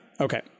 okay